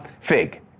Fig